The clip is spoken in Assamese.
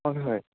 হয় হয়